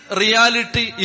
reality